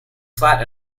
flat